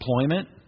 employment